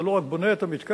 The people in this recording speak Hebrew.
אתה לא רק בונה את המתקן.